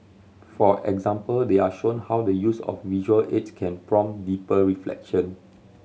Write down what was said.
for example they are shown how the use of visual aids can prompt deeper reflection